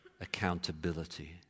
accountability